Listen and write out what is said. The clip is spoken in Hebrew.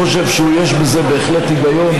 חושב שיש זה בהחלט היגיון,